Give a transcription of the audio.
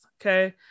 okay